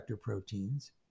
proteins